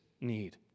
need